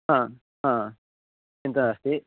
हा हा चिन्ता नास्ति